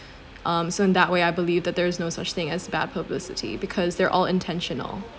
um so in that way I believe that there is no such thing as bad publicity because they're all intentional